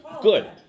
good